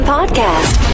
Podcast